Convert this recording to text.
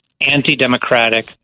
anti-democratic